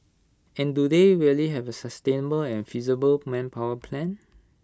and do they really have A sustainable and feasible manpower plan